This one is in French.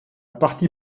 partie